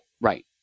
right